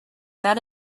that